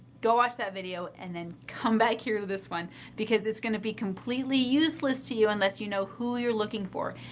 go watch that video and then come back here to this one because it's going to be completely useless to you unless you know who you're looking for.